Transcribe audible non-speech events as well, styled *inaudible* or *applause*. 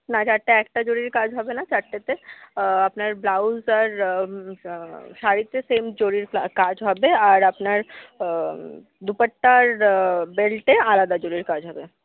না চারটে একটা জরির কাজ হবে না চারটেতে আপনার ব্লাউজ আর শাড়িতে সেম জরির *unintelligible* কাজ হবে আর আপনার দুপাট্টা আর বেল্টে আলাদা জরির কাজ হবে